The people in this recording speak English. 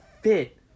fit